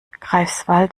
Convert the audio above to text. greifswald